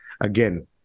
again